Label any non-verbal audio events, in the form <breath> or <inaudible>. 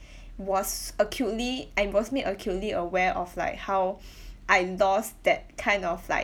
<breath> was acutely I was made acutely aware of like how <breath> I endorsed that kind of like